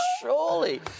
Surely